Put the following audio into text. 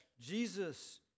Jesus